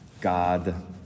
God